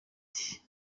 nti